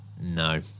no